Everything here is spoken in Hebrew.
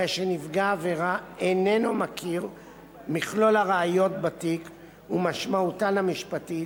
הרי שנפגע העבירה איננו מכיר מכלול הראיות בתיק ומשמעותן המשפטית,